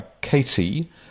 katie